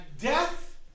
death